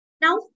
Now